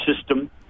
system